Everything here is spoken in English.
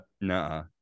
nah